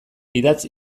idatz